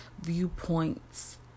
viewpoints